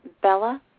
Bella